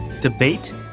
Debate